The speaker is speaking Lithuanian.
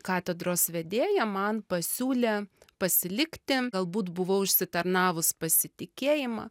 katedros vedėja man pasiūlė pasilikti galbūt buvau užsitarnavus pasitikėjimą